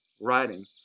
writing